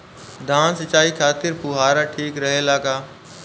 धान सिंचाई खातिर फुहारा ठीक रहे ला का?